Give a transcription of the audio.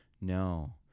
No